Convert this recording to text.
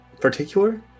particular